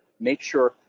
make sure,